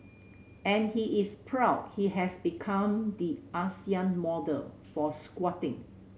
and he is proud he has become the Asian model for squatting